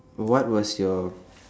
what was your